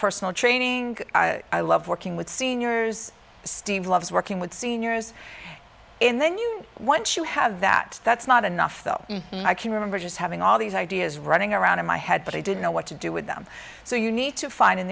personal training i love working with seniors steve loves working with seniors and then you once you have that that's not enough though i can remember just having all these ideas running around in my head but i didn't know what to do with them so you need to find